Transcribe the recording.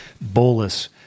bolus